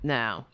now